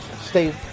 stay